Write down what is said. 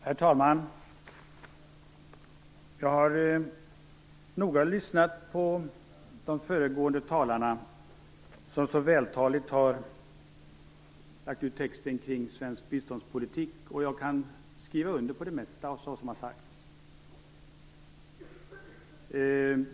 Herr talman! Jag har noga lyssnat på de föregående talarna, som så vältaligt har lagt ut texten kring svensk biståndspolitik. Jag kan skriva under på det mesta som har sagts.